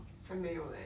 还没有 eh